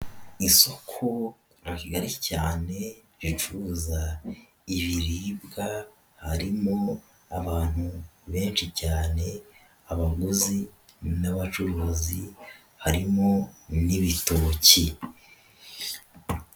Isoko rigari cyane ricuruza ibiribwa harimo abantu benshi cyane abaguzi n'abacuruzi, harimo n'ibitoki.